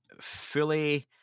fully